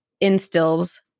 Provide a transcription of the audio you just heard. instills